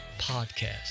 podcast